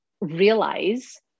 realize